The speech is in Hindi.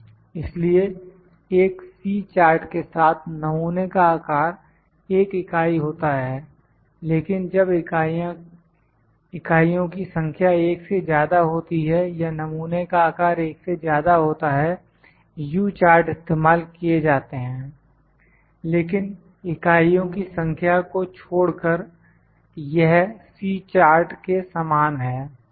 इसलिए एक C चार्ट के साथ नमूने का आकार एक इकाई होता है लेकिन जब इकाइयों की संख्या एक से ज्यादा होती है या नमूने का आकार एक से ज्यादा होता है U चार्ट इस्तेमाल किए जाते हैं लेकिन इकाइयों की संख्या को छोड़कर यह C चार्ट के समान है